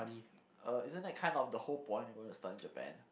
uh isn't that kinda the whole point of going to study in Japan